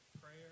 prayer